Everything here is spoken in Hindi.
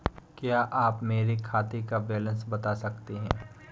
क्या आप मेरे खाते का बैलेंस बता सकते हैं?